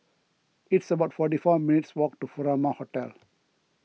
it's about forty four minutes' walk to Furama Hotel